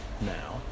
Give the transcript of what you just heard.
now